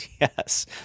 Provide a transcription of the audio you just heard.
Yes